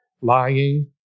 lying